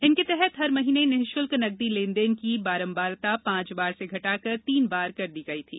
इनके तहत हर महीने निशुल्क नकदी लेन देन की बारंबारता पांच बार से घटाकर तीन बार कर दी गई थी